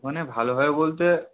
ওখানে ভালো হবে বলতে